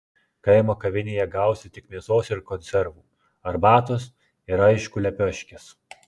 kaimo kavinėje gausi tik mėsos ir konservų arbatos ir aišku lepioškės